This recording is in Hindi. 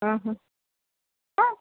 हाँ हाँ अं